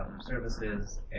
services